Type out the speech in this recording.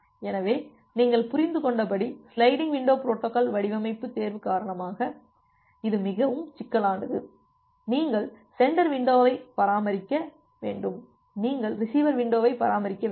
எனவே நீங்கள் புரிந்துகொண்டபடி சிலைடிங் விண்டோ பொரோட்டோகால் வடிவமைப்பு தேர்வு காரணமாக இது மிகவும் சிக்கலானது நீங்கள் சென்டர் விண்டோவை பராமரிக்க வேண்டும் நீங்கள் ரிசீவர் விண்டோவை பராமரிக்க வேண்டும்